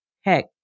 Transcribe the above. Heck